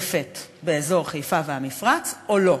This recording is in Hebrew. באזור חיפה והמפרץ או לא.